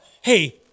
Hey